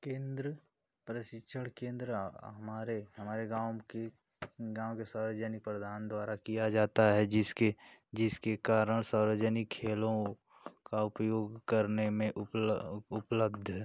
केन्द्र प्रशिक्षण केन्द्र हमारे हमारे गाँव के गाँव के सार्वजनिक प्रधान द्वारा किया जाता है जिसके जिसके कारण सार्वजनिक खेलों का उपयोग करने में उपला उपलब्ध